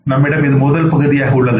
நம்மிடம் இது முதல் பகுதியாக உள்ளது